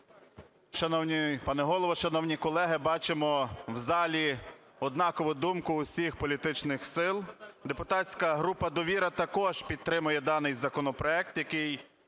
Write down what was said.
Депутатська група "Довіра" також підтримує даний законопроект, який